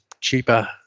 cheaper